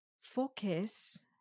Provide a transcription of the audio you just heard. focus